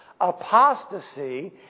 Apostasy